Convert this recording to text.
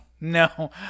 no